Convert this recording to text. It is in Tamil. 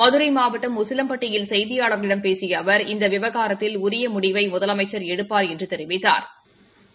மதுரை மாவட்டம் உசிலம்பட்டியில் செய்தியாளா்களிடம் பேசிய அவா் இந்த விவகாரத்தில் உரிய முடிவினை முதலமைச்சா் எடுப்பாா் என்று தெரிவித்தாா்